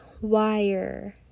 wire